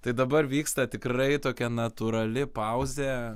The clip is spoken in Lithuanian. tai dabar vyksta tikrai tokia natūrali pauzė